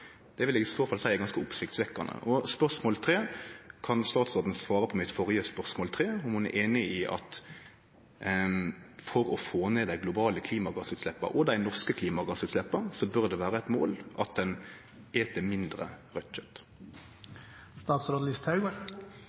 Det vil eg i så fall seie er ganske oppsiktsvekkjande. Spørsmål tre er: Kan statsråden svare på mitt førre spørsmål tre, om ho er einig i at for å få ned dei globale og dei norske klimagassutsleppa bør det vere eit mål at ein et mindre raudt